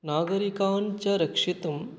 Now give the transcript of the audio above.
नागरिकान् च रक्षितुम्